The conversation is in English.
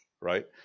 right